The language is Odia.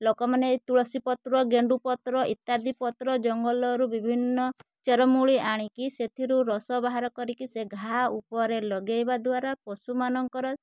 ଲୋକମାନେ ତୁଳସୀପତ୍ର ଗେଣ୍ଡୁପତ୍ର ଇତ୍ୟାଦି ପତ୍ର ଜଙ୍ଗଲରୁ ବିଭିନ୍ନ ଚେରମୂଳି ଆଣିକି ସେଥିରୁ ରସ ବାହାର କରିକି ସେ ଘା ଉପରେ ଲଗାଇବା ଦ୍ୱାରା ପଶୁମାନଙ୍କର